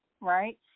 right